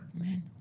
Amen